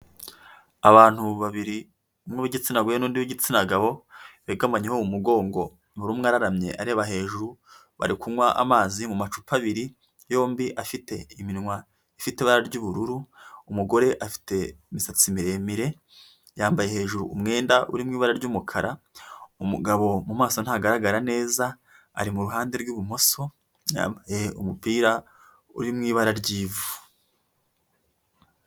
Abantu babiri n'uw'igitsin gore n'undi w'igitsina gabo yagamanyeho mu mugongo muru umwe araramye areba hejuru bari kunywa amazi mu macupa abiri yombi afite iminwa ifite ibara ry'ubururu umugore afite imisatsi miremire, yambaye hejuru umwenda uri mu ibara ry'umukara umugabo mumaso ntagaragara neza, ari mu ruhande rw'ibumoso yambaye umupira uri mu ibara ry'ivu.